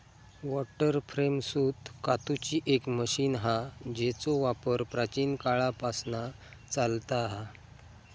water frame सूत कातूची एक मशीन हा जेचो वापर प्राचीन काळापासना चालता हा